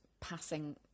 passing